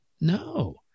no